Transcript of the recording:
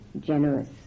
generous